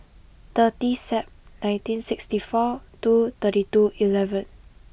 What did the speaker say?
thirty Sep nineteen sixty four two thirty two eleven